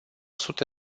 sute